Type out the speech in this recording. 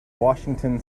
washington